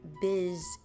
biz